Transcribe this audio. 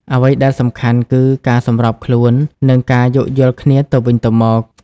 អ្វីដែលសំខាន់ គឺការសម្របខ្លួន និងការយោគយល់គ្នាទៅវិញទៅមក។